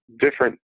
different